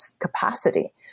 capacity